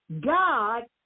God